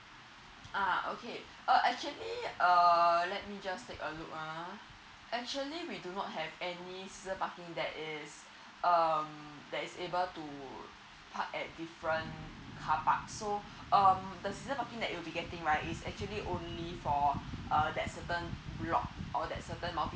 uh okay uh actually err let me just take a look ah actually we do not have any season parking that is um that is able to park at different carparks so um the season parking that you'll be getting right is actually only for uh that's certain block or that's certain multi